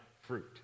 fruit